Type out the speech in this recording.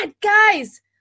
guys